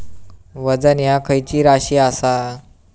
वजन ह्या खैची राशी असा?